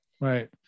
Right